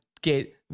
get